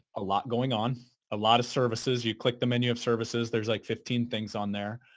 a lot going on, a lot of services. you click the menu of services. there's like fifteen things on there.